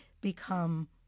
become